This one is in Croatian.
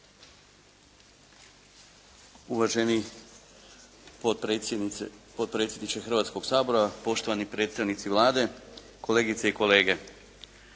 Uvaženi potpredsjedniče Hrvatskoga sabora, poštovani predstavnici Vlade, kolegice i kolege.